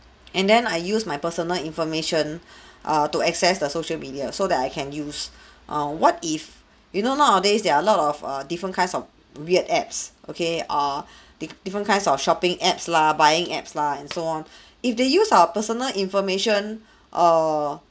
and then I use my personal information err to access the social media so that I can use err what if you know nowadays there are a lot of err different kinds of weird apps okay err diff~ different kinds of shopping apps lah buying apps lah and so on if they use of personal information err